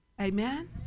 Amen